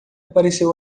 apareceu